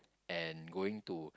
and going to